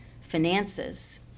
finances